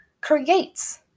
creates